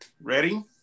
Ready